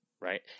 right